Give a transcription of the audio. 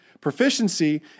Proficiency